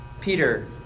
Peter